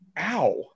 Ow